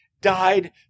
died